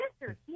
sister